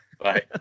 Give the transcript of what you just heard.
Bye